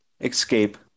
escape